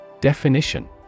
Definition